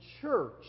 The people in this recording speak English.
church